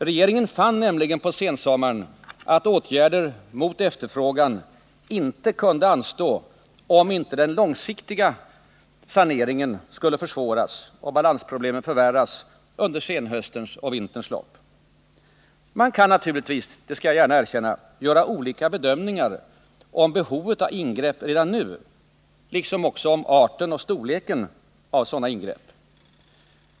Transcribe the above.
Regeringen fann nämligen på sensommaren att åtgärder mot efterfrågan inte längre kunde anstå, om inte den långsiktiga saneringen skulle försvåras och balansproblemen förvärras under senhöstens och vinterns lopp. Man kan naturligtvis, det skall jag gärna erkänna, göra olika bedömningar av behovet av ingrepp redan nu liksom också av arten och storleken av sådana ingrepp.